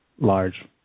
large